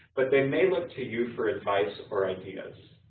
but they may look to you for advice or ideas.